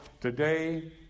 today